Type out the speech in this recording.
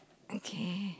okay